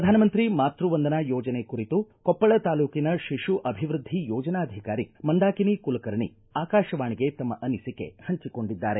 ಪ್ರಧಾನಮಂತ್ರಿ ಮಾತ್ಯ ವಂದನಾ ಯೋಜನೆ ಕುರಿತು ಕೊಪ್ಪಳ ತಾಲೂಕಿನ ಶಿಶು ಅಭಿವೃದ್ಧಿ ಯೋಜನಾಧಿಕಾರಿ ಮಂದಾಕಿನಿ ಕುಲಕರ್ಣಿ ಆಕಾಶವಾಣಿಗೆ ತಮ್ಮ ಅನಿಸಿಕೆ ಹಂಚಿಕೊಂಡಿದ್ದಾರೆ